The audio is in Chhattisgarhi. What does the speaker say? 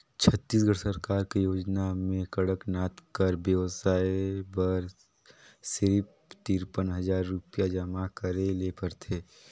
छत्तीसगढ़ सरकार कर योजना में कड़कनाथ कर बेवसाय बर सिरिफ तिरपन हजार रुपिया जमा करे ले परथे